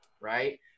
right